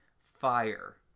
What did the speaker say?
Fire